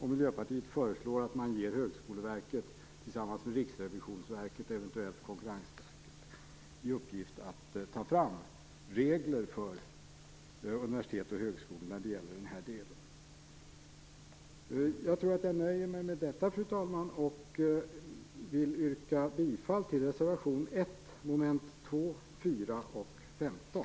Miljöpartiet föreslår att Högskoleverket tillsammans med Riksrevisionsverket och eventuellt Konkurrensverket får i uppgift att ta fram regler för universitet och högskolor när det gäller den här delen. Fru talman! Jag vill yrka bifall till reservation 1, mom. 2, 4 och 15.